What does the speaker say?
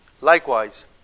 Likewise